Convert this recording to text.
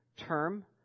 term